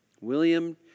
William